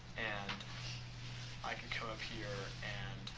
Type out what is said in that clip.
and i could go up here, and,